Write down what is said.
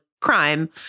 crime